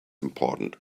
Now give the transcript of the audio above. important